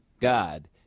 God